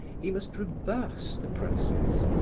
he must reverse the process,